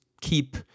keep